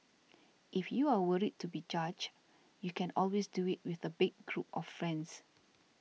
if you are worried to be judged you can always do it with a big group of friends